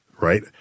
right